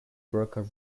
broker